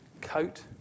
coat